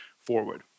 forward